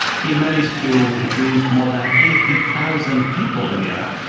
he managed to recruit more than eighteen thousand people in iraq,